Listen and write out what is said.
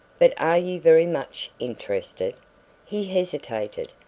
but are you very much interested he hesitated,